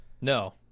No